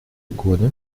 годы